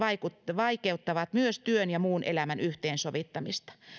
vaikeuttavat myös työn ja muun elämän yhteensovittamista